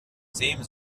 seems